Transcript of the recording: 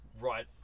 Right